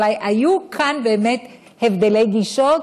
אבל היו כאן באמת הבדלי גישות,